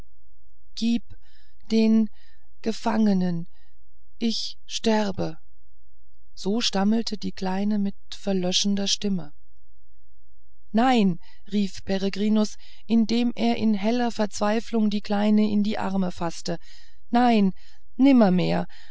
gib den gefangenen ich sterbe so stammelte die kleine mit verlöschender stimme nein rief peregrinus indem er in heller verzweiflung die kleine in die arme faßte nein